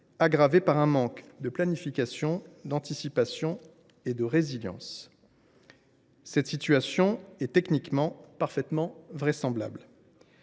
aggravée par un manque de planification, d’anticipation et de résilience. Cette situation est techniquement parfaitement vraisemblable.